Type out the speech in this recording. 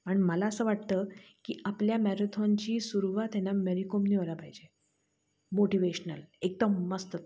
पण मला असं वाटतं की आपल्या मॅरेथॉनची सुरवात आहे ना मेरीकोमनी व्हाल पाहिजे मोटिवेशनल एकदम मस्त